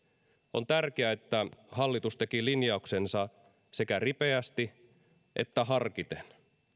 on tärkeää että hallitus teki linjauksensa sekä ripeästi että harkiten